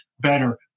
better